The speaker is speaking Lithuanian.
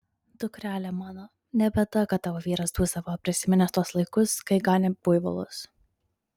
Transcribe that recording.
dukrele mano ne bėda kad tavo vyras dūsavo prisiminęs tuos laikus kai ganė buivolus